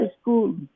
school